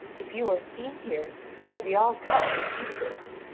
if you are seen here, you will be all cut to pieces.